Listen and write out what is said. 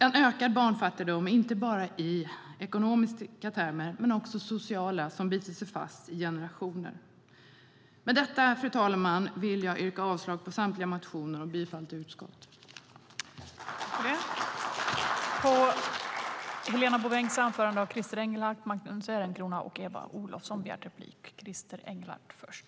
En ökad barnfattigdom är inte bara i ekonomiska termer utan också sociala som bitit sig fast i generationer. Med detta, fru talman, yrkar jag avslag på samtliga motioner och bifall till förslaget i betänkandet.